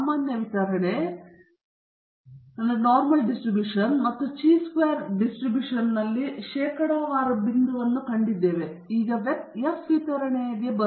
ಸಾಮಾನ್ಯ ವಿತರಣೆ ಮತ್ತು ಚಿ ಚೌಕ ವಿತರಣೆಯಲ್ಲಿ ಶೇಕಡಾವಾರು ಬಿಂದುವನ್ನು ನಾವು ಕಂಡಿದ್ದೇವೆ ಇದು ಈಗ ಎಫ್ ವಿತರಣೆಯಲ್ಲಿ ಬರುತ್ತಿದೆ ಎಂಬುದು ಆಶ್ಚರ್ಯವಲ್ಲ